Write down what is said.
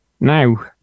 Now